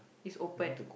is open